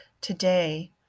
today